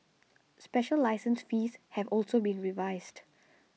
special license fees have also been revised